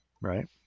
Right